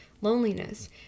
loneliness